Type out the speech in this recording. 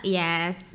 yes